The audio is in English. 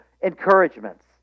encouragements